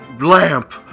lamp